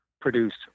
produced